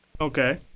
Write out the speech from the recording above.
Okay